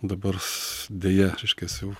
dabar ss deja reiškias jau